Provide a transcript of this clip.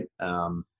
right